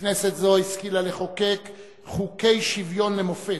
כנסת זו השכילה לחוקק חוקי שוויון למופת,